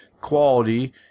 quality